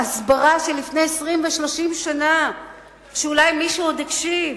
הסברה שלפני 20 או 30 שנה אולי מישהו עוד הקשיב,